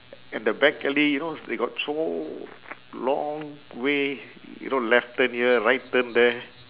and the back alley you know they got so long way you know left turn here right turn there